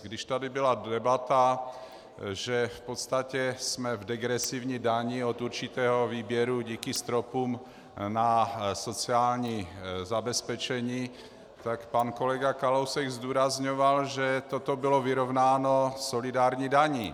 Když tady byla debata, že v podstatě jsme v degresivní dani od určitého výběru díky stropům na sociální zabezpečení, tak pan kolega Kalousek zdůrazňoval, že toto bylo vyrovnáno solidární daní.